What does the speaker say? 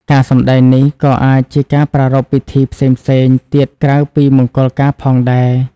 ការសម្តែងនេះក៏អាចជាការប្រារព្ធពិធីផ្សេងៗទៀតក្រៅពីមង្គលការផងដែរ។